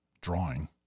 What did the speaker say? drawing